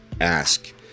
ask